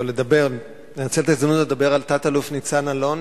או לנצל את ההזדמנות הזאת כדי לדבר על תת-אלוף ניצן אלון,